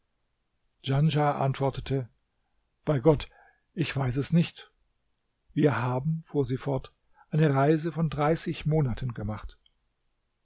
djanschah antwortete bei gott ich weiß es nicht wir haben fuhr sie fort eine reise von dreißig monaten gemacht